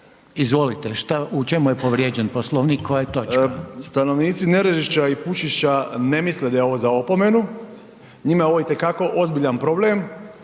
Izvolite u čemu je povrijeđen Poslovnik koja točka? **Zekanović, Hrvoje (HRAST)** Stanovnici Nerežišća i PUčišća ne misle da je ovo za opomenu, njima je ovo itekako ozbiljan problem.